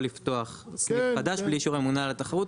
לפתוח סניף חדש בלי אישור הממונה על התחרות,